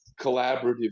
collaborative